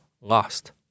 lost